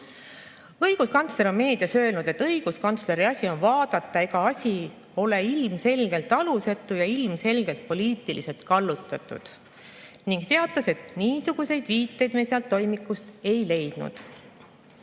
Õiguskantsler on meedias öelnud, et õiguskantsleri asi on vaadata, ega asi ole ilmselgelt alusetu ja ilmselgelt poliitiliselt kallutatud, ning ta teatas, et niisuguseid viiteid me sealt toimikust ei leidnud.